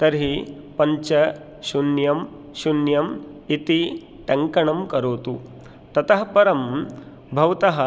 तर्हि पञ्च शून्यं शून्यम् इति टङ्कणं करोतु ततः परं भवतः